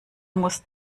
muss